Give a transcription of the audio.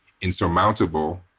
insurmountable